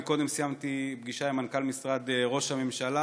קודם סיימתי פגישה עם מנכ"ל משרד ראש הממשלה